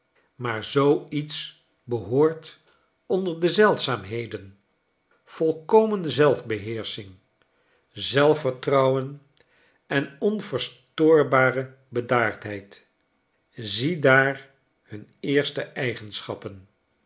maar zoo iets behoort onder de zeldzaamheden volkomenzelfbeheersching zelfvertrouwen en onverstoorbare bedaardheid ziedaar hun eerste eigenschappen